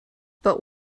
but